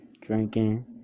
drinking